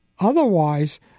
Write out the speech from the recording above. otherwise